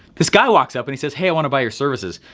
this guy walks up and he says, hey, i wanna buy your services.